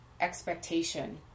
expectation